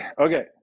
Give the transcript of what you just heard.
okay